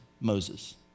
Moses